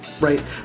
right